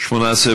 טרחה),